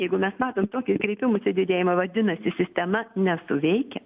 jeigu mes matom tokį kreipimųsi didėjimą vadinasi sistema nesuveikia